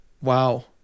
Wow